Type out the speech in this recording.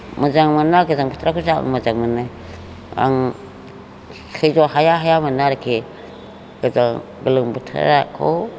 मोजां मोना गोजां बोथोराखौ आं मोजां मोनो आं सैज' हाया हाया मोनो आरोखि बे गोलोम बोथोरखौ